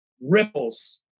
ripples